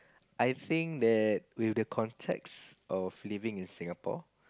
I think that with the context of living in Singapore